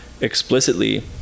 explicitly